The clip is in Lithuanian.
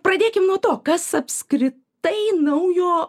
pradėkim nuo to kas apskritai naujo